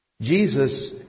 Jesus